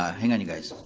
um hang on, you guys.